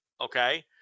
Okay